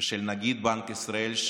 ושל נגיד בנק ישראל,